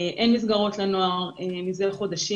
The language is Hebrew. אין מסגרות לנוער מזה חודשים,